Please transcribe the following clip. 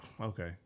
Okay